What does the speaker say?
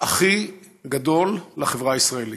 הכי גדול לחברה הישראלית.